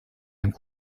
einem